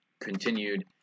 continued